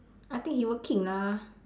I think he working lah